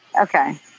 Okay